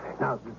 Now